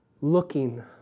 looking